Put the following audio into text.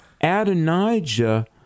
Adonijah